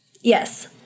Yes